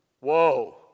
Whoa